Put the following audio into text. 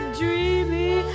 dreamy